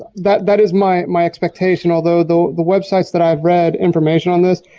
that that is my my expectation although the websites that i've read information on this,